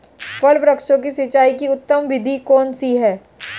फल वृक्षों की सिंचाई की उत्तम विधि कौन सी है?